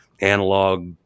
analog